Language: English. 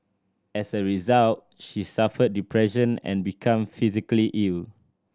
as a result she suffered depression and become physically ill